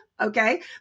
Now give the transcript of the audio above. okay